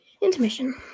Intermission